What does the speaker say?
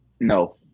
no